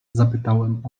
zapytałem